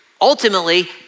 ultimately